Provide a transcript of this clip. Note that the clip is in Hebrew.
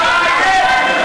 בדיוק.